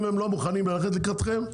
אם הם לא מוכנים ללכת לקראתכם,